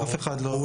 זה